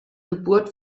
geburt